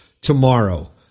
tomorrow